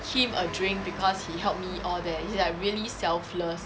him a drink because he helped me all that he's like really selfless